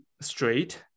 straight